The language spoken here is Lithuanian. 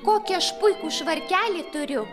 kokį aš puikų švarkelį turiu